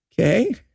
okay